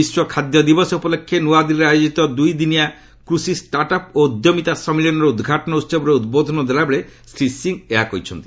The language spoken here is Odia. ବିଶ୍ୱ ଖାଦ୍ୟ ଦିବସ ଉପଲକ୍ଷେ ନୂଆଦିଲ୍ଲୀରେ ଆୟୋଜିତ ଦୁଇ ଦିନିଆ କୃଷି ଷ୍ଟାର୍ଟ ଅପ୍ ଓ ଉଦ୍ୟମିତା ସମ୍ମିଳନୀର ଉଦ୍ଘାଟନ ଉହବରେ ଉଦ୍ବୋଧନ ଦେଲାବେଳେ ଶ୍ରୀ ସିଂ ଏହା କହିଛନ୍ତି